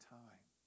time